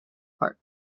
part